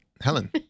helen